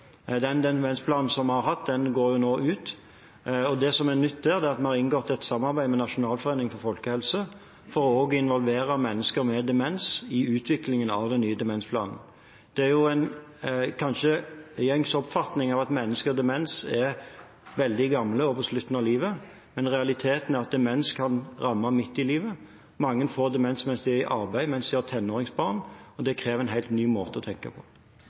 Den demensplanen vi har hatt, går nå ut. Det som er nytt der, er at vi har inngått et samarbeid med Nasjonalforeningen for folkehelsen for også å involvere mennesker med demens i utviklingen av den nye demensplanen. Det er kanskje en gjengs oppfatning at mennesker med demens er veldig gamle og på slutten av livet, men realiteten er at demens kan ramme midt i livet. Mange får demens mens de er i arbeid, mens de har tenåringsbarn, og det krever en helt ny måte å tenke på.